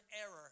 error